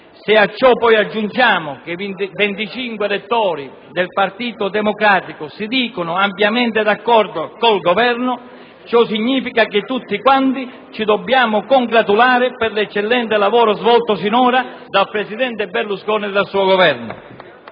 Se a ciò aggiungiamo che 25 elettori su 100 del Partito Democratico si dichiarano apertamente d'accordo col Governo, ciò significa che tutti quanti ci dobbiamo congratulare per l'eccellente lavoro svolto sinora dal Presidente Berlusconi e dal suo Governo.